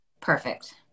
Perfect